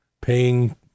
paying